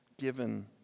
given